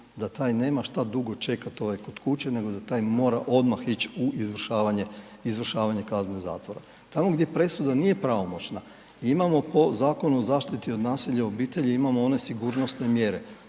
da taj nema što dugo čekati kod kuće nego da taj mora odmah ići u izvršavanje kazne zatvora. Tamo gdje presuda nije pravomoćna imamo po Zakonu o zaštiti od nasilja u obitelji imamo one sigurnosne mjere,